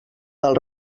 del